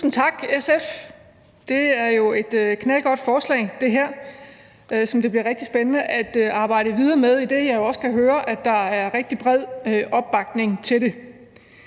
Tusind tak til SF. Det her er jo et knaldgodt forslag, som det bliver rigtig spændende at arbejde videre med, idet jeg jo også kan høre, at der er rigtig bred opbakning til det.